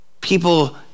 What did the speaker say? People